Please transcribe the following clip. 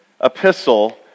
epistle